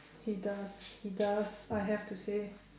he does he does I have to say